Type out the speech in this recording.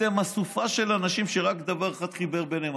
אתם אסופה של אנשים שרק דבר אחד חיבר ביניהם,